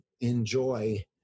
enjoy